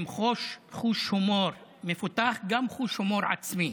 עם חוש הומור מפותח, גם חוש הומור עצמי.